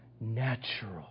natural